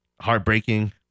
Heartbreaking